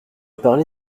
parlé